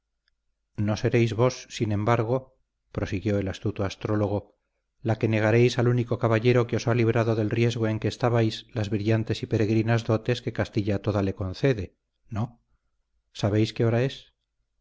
no seréis vos sin embargo prosiguió el astuto astrólogo la que negaréis al único caballero que os ha librado del riesgo en que estabais las brillantes y peregrinas dotes que castilla toda le concede no sabéis qué hora es